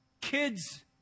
kids